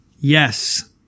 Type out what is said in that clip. Yes